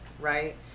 right